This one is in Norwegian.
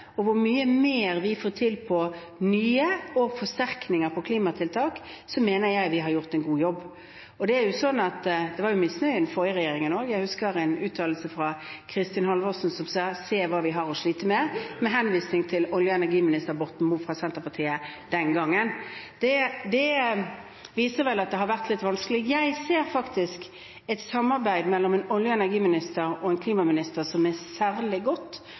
og hvor mye mer vi får til når det gjelder nye tiltak og forsterkninger av klimatiltak, mener jeg vi har gjort en god jobb. Det var jo misnøye i den forrige regjeringen også. Jeg husker en uttalelse fra Kristin Halvorsen, som sa: Se hva vi har å slite med, med henvisning til olje- og energiminister Borten Moe fra Senterpartiet. Det viser vel at det var litt vanskelig. Jeg ser et samarbeid mellom en olje- og energiminister og en klimaminister som er særlig godt,